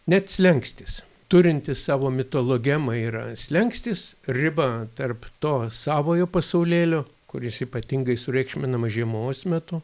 net slenkstis turintis savo mitologemą yra slenkstis riba tarp to savojo pasaulėlio kuris ypatingai sureikšminamas žiemos metu